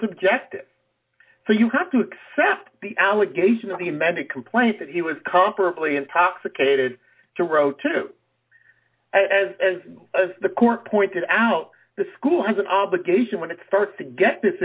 congested so you have to accept the allegation that the medic complained that he was comparably intoxicated to row two as as the court pointed out the school has an obligation when it st to get this